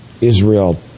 Israel